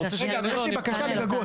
רגע, יש לי בקשה לגגות.